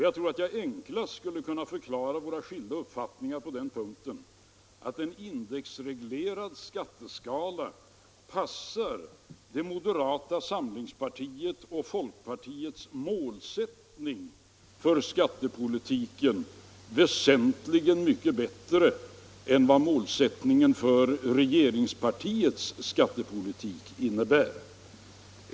Jag tror att jag enklast skulle kunna förklara våra skilda uppfattningar på den punkten genom att säga att en indexreglerad skatteskala passar det moderata samlingspartiets och folkpartiets målsättning för skattepolitiken väsentligt mycket bättre än vad målsättningen för regeringspartiets skattepolitik gör.